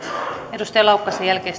edustaja laukkasen jälkeen